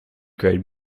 grade